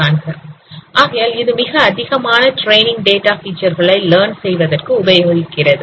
ஆகையால் இது மிக அதிகமான டிரெய்னிங் டேட்டா ஃபிச்சர் களை லர்ன் செய்வதற்கு உபயோகிக்கிறது